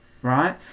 right